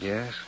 Yes